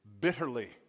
bitterly